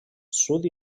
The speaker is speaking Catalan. sud